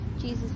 Jesus